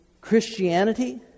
Christianity